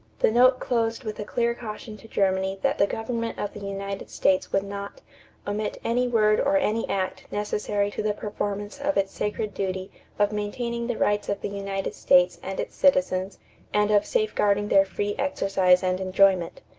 the note closed with a clear caution to germany that the government of the united states would not omit any word or any act necessary to the performance of its sacred duty of maintaining the rights of the united states and its citizens and of safeguarding their free exercise and enjoyment.